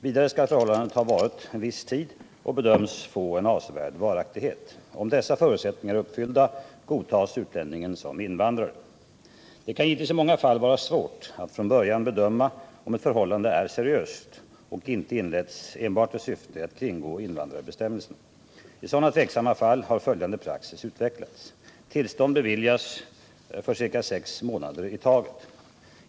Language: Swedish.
Vidare skall förhållandet ha varat en viss tid och bedömas få en avsevärd varaktighet. Om dessa förutsättningar är uppfyllda godtas utlänningen som invandrare. Det kan givetvis i många fall vara svårt att från början bedöma om ett förhållande är seriöst och inte inletts enbart i syfte att kringgå invandringsbestämmelserna. I sådana tveksamma fall har följande praxis utvecklats. Tillstånd beviljas för ca sex månader i taget.